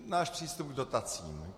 Náš přístup k dotacím.